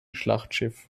schlachtschiff